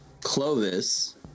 Clovis